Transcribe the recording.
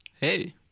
Hey